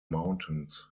mountains